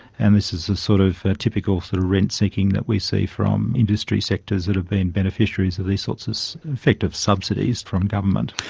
and this is the sort of typical sort of rent seeking that we see from industry sectors that have been beneficiaries of these sorts of effective subsidies from government.